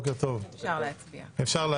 אפשר להצביע.